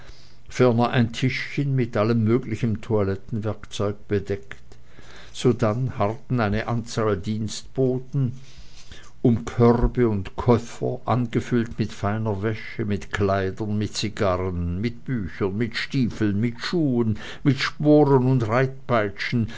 ferner ein tischchen mit allem möglichen toilettenwerkzeug bedeckt sodann harrten eine anzahl dienstboten um körbe und koffer angefüllt mit feiner wäsche mit kleidern mit zigarren mit büchern mit stiefeln mit schuhen mit sporen mit